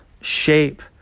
shape